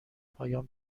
پایان